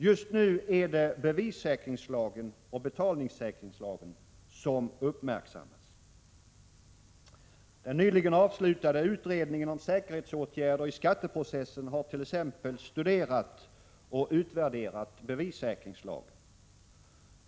Just nu är det bevissäkringslagen och betalningssäkringslagen som uppmärksammas. Den nyligen avslutade utredningen om säkerhetsåtgärder i skatteprocessen har t.ex. studerat och utvärderat bevissäkringslagen.